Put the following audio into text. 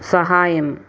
సహాయం